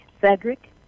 Cedric